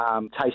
taste